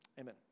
Amen